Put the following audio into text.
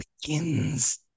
begins